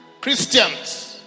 Christians